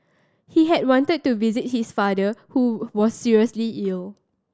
he had wanted to visit his father who was seriously ill